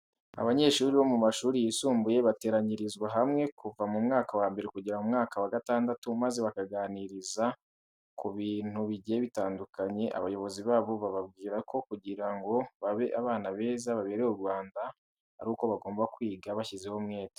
Abanyeshuri bo mu mashuri yisumbuye bateranyirizwa hamwe kuva mu mwaka wa mbere kugera mu mwaka wa gatandatu maze bakaganiriza ku bintu bigiye bitandukanye. Abayobozi babo bababwira ko kugira ngo babe abana beza babereye u Rwanda ari uko bagomba kwiga bashyizeho umwete.